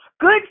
good